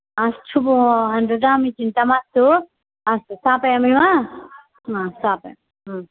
अस्तु भोः ददामि चिन्ता मास्तु अस्तु स्थापयामि वा हा स्तापयामि हा